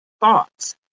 thoughts